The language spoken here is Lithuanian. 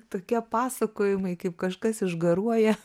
tokie pasakojimai kaip kažkas išgaruoja